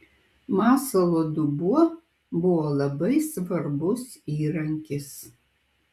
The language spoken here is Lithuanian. masalo dubuo buvo labai svarbus įrankis